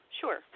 Sure